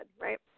right